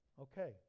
Okay